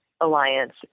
alliance